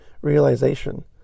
realization